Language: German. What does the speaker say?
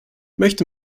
möchte